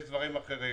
יש דברים אחרים.